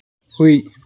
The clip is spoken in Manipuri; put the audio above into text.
ꯍꯨꯏ